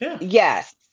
Yes